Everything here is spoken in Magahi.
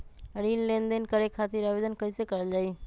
ऋण लेनदेन करे खातीर आवेदन कइसे करल जाई?